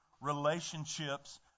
relationships